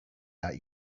that